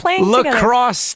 Lacrosse